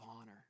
honor